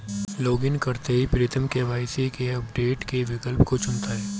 login करते ही Pritam KYC update के विकल्प को चुनता है